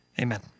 Amen